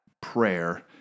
prayer